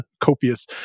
copious